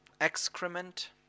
excrement